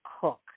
cook